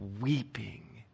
weeping